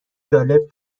جالب